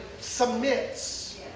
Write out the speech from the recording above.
submits